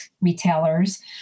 retailers